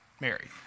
married